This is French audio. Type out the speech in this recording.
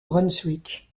brunswick